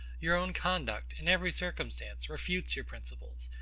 your own conduct, in every circumstance, refutes your principles,